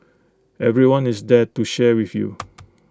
everyone is there to share with you